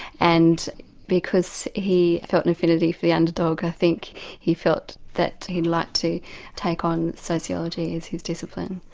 and because he felt an affinity for the underdog, i think he felt that he'd like to take on sociology as his discipline.